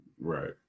Right